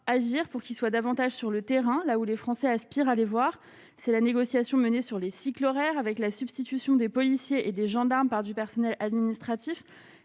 agir pour qu'il soit davantage sur le terrain là où les Français aspirent à les voir, c'est la négociation menée sur les cycles horaires avec la substitution des policiers et des gendarmes, par du personnel administratif